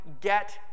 get